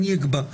אני אקבע.